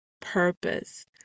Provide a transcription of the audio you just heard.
purpose